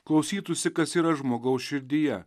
klausytųsi kas yra žmogaus širdyje